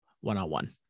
one-on-one